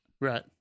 Right